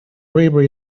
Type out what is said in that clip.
reaper